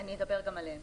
אני אדבר גם עליהם.